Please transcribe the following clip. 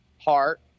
heart